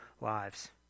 lives